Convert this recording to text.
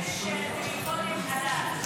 ------ פלאפונים חלק.